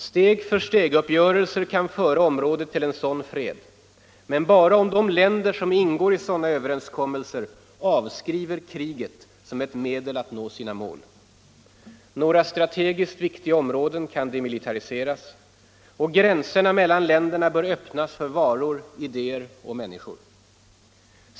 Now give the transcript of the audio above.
Steg-för-steg-uppgörelser kan föra området till en sådan fred, men bara om de länder som ingår i sådana överenskommelser avskriver kriget som ett medel att nå sina mål. Några strategiskt viktiga områden kan demilitariseras, och gränserna mellan länderna bör öppnas för varor, idéer och människor.